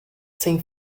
sem